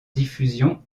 diffusion